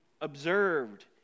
observed